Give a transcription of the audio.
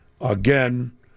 again